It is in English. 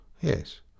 Yes